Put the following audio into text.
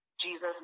Jesus